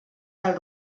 del